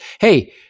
hey